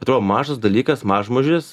atrodo mažas dalykas mažmožis